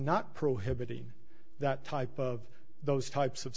not prohibiting that type of those types of